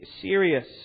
serious